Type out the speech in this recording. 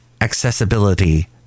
accessibility